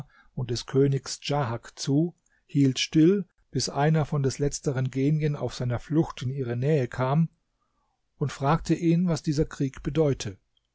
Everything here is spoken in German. und des königs djahak zu hielt still bis einer von des letzteren genien auf seiner flucht in ihre nähe kam und fragte ihn was dieser krieg bedeute